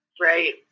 Right